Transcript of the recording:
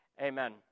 amen